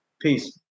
Peace